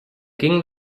ging